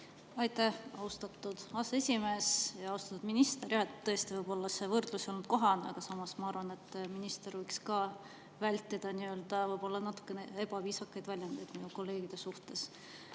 Aitäh, austatud aseesimees! Austatud minister! Tõesti, võib-olla see võrdlus ei olnud kohane, aga samas ma arvan, et minister võiks ka vältida võib-olla natukene ebaviisakaid väljendeid minu kolleegide suhtes. Jätkan